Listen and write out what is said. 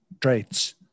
traits